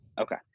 Okay